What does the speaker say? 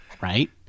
right